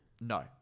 No